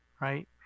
right